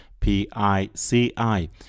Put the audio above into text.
PICI